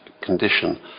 condition